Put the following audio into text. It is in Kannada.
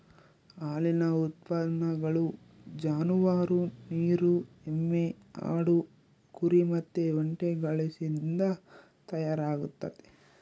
ಹಾಲಿನ ಉತ್ಪನ್ನಗಳು ಜಾನುವಾರು, ನೀರು ಎಮ್ಮೆ, ಆಡು, ಕುರಿ ಮತ್ತೆ ಒಂಟೆಗಳಿಸಿಂದ ತಯಾರಾಗ್ತತೆ